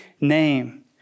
name